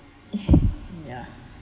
ya